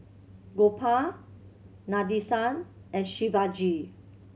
Gopal Nadesan and Shivaji